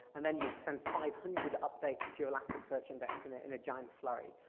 and then you send five hundred updates to your elasticsearch index in in a giant flurry.